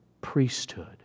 priesthood